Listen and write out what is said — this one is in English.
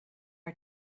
are